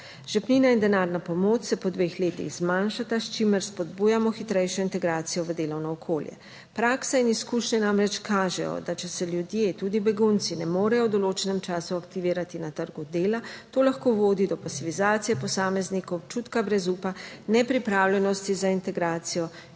Žepnina in denarna pomoč se po dveh letih zmanjšata, s čimer spodbujamo hitrejšo integracijo v delovno okolje. Praksa in izkušnje namreč kažejo, da če se ljudje, tudi begunci, ne morejo v določenem času aktivirati na trgu dela, to lahko vodi do pasivizacije posameznikov, občutka brezupa, nepripravljenosti za integracijo